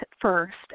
first